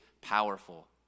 powerful